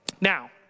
Now